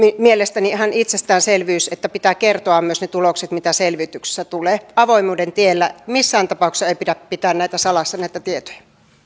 mielestäni on ihan itsestäänselvyys että pitää kertoa myös ne tulokset mitä selvityksissä tulee avoimuuden tiellä missään tapauksessa ei pidä pitää salassa näitä tietoja